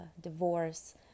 divorce